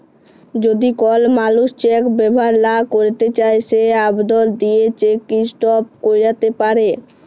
যদি কল মালুস চ্যাক ব্যাভার লা ক্যইরতে চায় সে আবদল দিঁয়ে চ্যাক ইস্টপ ক্যইরতে পারে